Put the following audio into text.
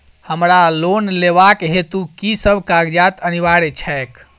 हमरा लोन लेबाक हेतु की सब कागजात अनिवार्य छैक?